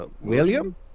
William